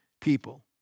people